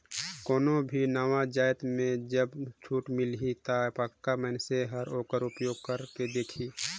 कोनो भी नावा जाएत में जब छूट मिलही ता पक्का मइनसे हर ओकर उपयोग कइर के देखही